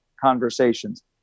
conversations